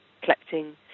collecting